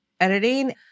editing